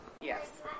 Yes